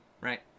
right